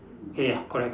ya correct